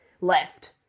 left